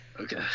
okay